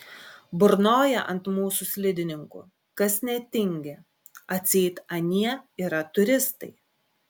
burnoja ant mūsų slidininkų kas netingi atseit anie yra turistai